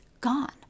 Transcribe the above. gone